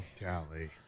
Golly